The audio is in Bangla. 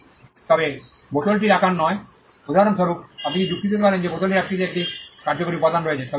তবে বোতলটির আকার নয় উদাহরণস্বরূপ আপনি যুক্তি দিতে পারেন যে বোতলটির আকৃতির একটি কার্যকরী উপাদান রয়েছে